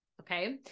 okay